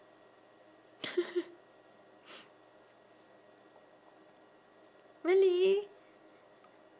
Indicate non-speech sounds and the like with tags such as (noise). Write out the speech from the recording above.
(noise) really